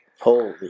Holy